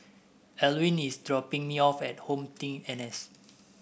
Elwyn is dropping me off at HomeTeam N S